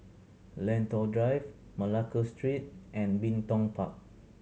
Lentor Drive Malacca Street and Bin Tong Park